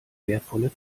wertvolle